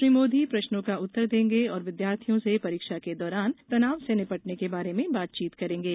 श्री मोदी प्रश्नों का उत्तर देंगे और विद्यार्थियों से परीक्षा के दौरान तनाव से निपटने के बारे में बातचीत करेंगे